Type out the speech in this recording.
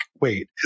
wait